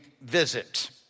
visit